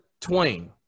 twain